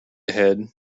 ahead